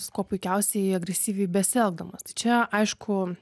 kuo puikiausiai agresyviai besielgdamas tai čia aišku